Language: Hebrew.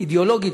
אידיאולוגית,